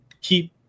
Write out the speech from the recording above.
keep